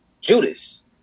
Judas